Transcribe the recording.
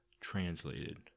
translated